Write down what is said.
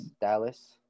dallas